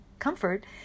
Comfort